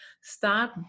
start